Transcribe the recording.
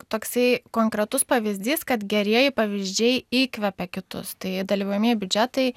toksai konkretus pavyzdys kad gerieji pavyzdžiai įkvepia kitus tai dalyvaujamieji biudžetai